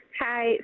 Hi